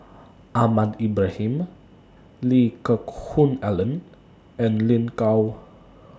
Ahmad Ibrahim Lee Geck Hoon Ellen and Lin Gao